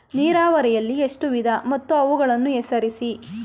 ನೀರಾವರಿಯಲ್ಲಿ ಎಷ್ಟು ವಿಧ ಮತ್ತು ಅವುಗಳನ್ನು ಹೆಸರಿಸಿ?